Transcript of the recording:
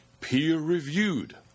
peer-reviewed